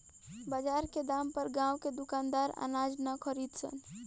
बजार के दाम पर गांव के दुकानदार अनाज ना खरीद सन